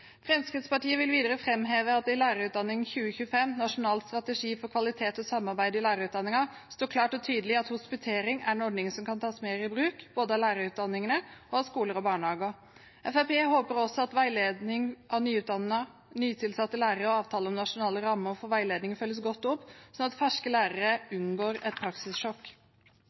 Fremskrittspartiet vil videre framheve at det i «Lærerutdanning 2025, Nasjonal strategi for kvalitet og samarbeid i lærerutdanningene» står klart og tydelig: «Hospitering er også en ordning som kan tas mer i bruk, både av lærerutdanningene og av skoler og barnehager.» Fremskrittspartiet håper også at veiledning av nyutdannede, nytilsatte lærere og avtalen om nasjonale rammer for veiledning følges godt opp, slik at ferske lærere unngår et praksissjokk.